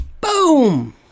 Boom